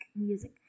music